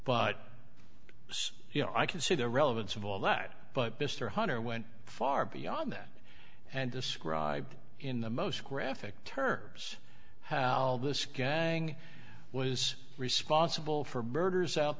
know i can see the relevance of all that but mr hunter went far beyond that and described in the most graphic terms how this gang was responsible for birders out